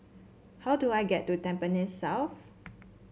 how do I get to Tampines South